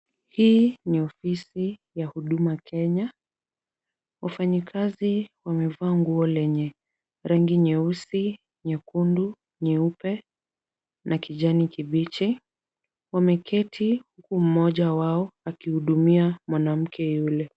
Hii ni ofisi ya huduma Kenya. Wafanyikazi wameva nguo lenye rangi nyeusi, nyekundu, nyeupe na kijani kibichi. Wameketi huku mmoja wao akihudumia mwanamke yule.